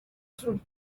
sus